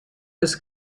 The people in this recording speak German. ist